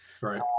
Right